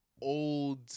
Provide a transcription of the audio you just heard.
old